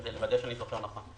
כדי לוודא שאני זוכר נכון.